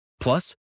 Plus